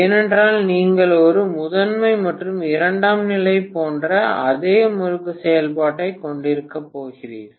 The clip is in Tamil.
ஏனென்றால் நீங்கள் ஒரு முதன்மை மற்றும் இரண்டாம் நிலை போன்ற அதே முறுக்கு செயல்பாட்டைக் கொண்டிருக்கப் போகிறீர்கள்